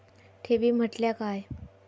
ठेवी म्हटल्या काय?